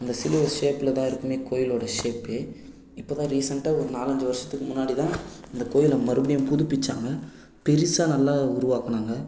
அந்த சிலுவை ஷேப்பில் தான் இருக்கும் கோவிலோட ஷேப்பே இப்போ தான் ரீசெண்ட்டாக ஒரு நாலஞ்சு வருஷத்துக்கு முன்னாடிதான் அந்த கோவில மறுபடியும் புதுப்பித்தாங்க பெருசா நல்லா உருவாக்கினாங்க